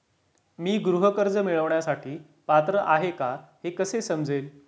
मी गृह कर्ज मिळवण्यासाठी पात्र आहे का हे कसे समजेल?